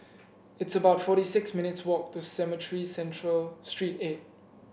it's about forty six minutes' walk to Cemetry Central Street eight